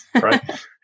right